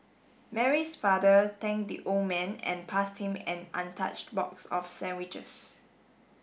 Mary's father thank the old man and passed him an untouched box of sandwiches